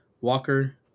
Walker